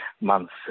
months